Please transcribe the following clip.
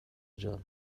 جان